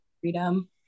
freedom